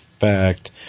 fact